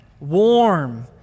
warm